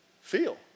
feel